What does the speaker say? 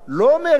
לא מאשימים,